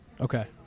Okay